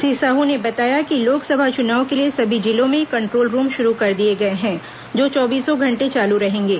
श्री साह ने बताया कि लोकसभा चुनाव के लिए सभी जिलों में कंट्रोल रूम शुरू कर दिए गए हैं जो चौबीसों घंटे चालू रहेंगे